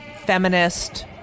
feminist